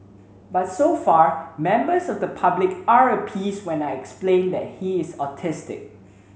but so far members of the public are appeased when I explain that he's autistic